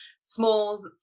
small